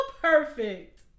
Perfect